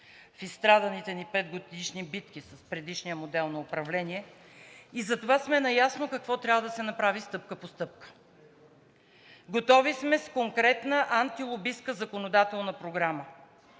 в изстраданите ни 5-годишни битки с предишния модел на управление и затова сме наясно какво трябва да се направи стъпка по стъпка. Готови сме с конкретна антилобистка законодателна програма.